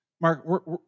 Mark